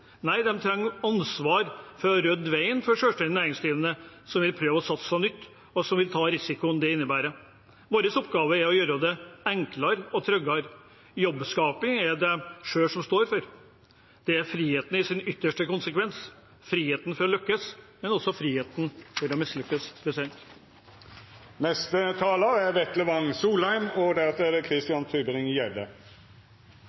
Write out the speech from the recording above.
Nei, de trenger ansvar for å rydde veien for selvstendig næringsdrivende, som vil prøve å satse på noe nytt, og som vil ta risikoen det innebærer. Vår oppgave er å gjøre det enklere og tryggere. Jobbskaping er det de selv som står for. Det er friheten i sin ytterste konsekvens: friheten til å lykkes, men også friheten til å mislykkes.